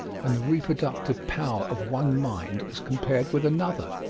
and the reproductive power of one mind as compared with another.